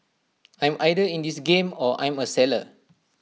I'm either in this game or I'm A seller